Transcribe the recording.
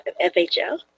fhl